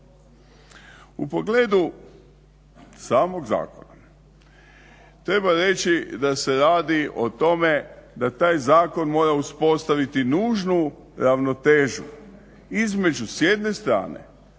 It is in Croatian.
U pogledu samog zakona treba reći da se radi o tome da taj zakon mora uspostaviti nužnu ravnotežu između s jedne strane